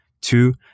two